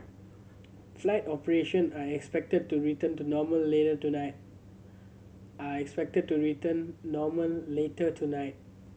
flight operation are expected to return to normal later tonight